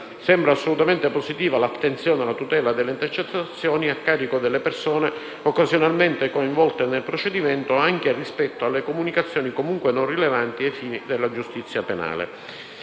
sembra assolutamente positiva l'attenzione alla tutela delle intercettazioni a carico delle persone occasionalmente coinvolte nel procedimento, anche rispetto alle comunicazioni comunque non rilevanti ai fini della giustizia penale.